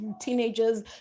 teenagers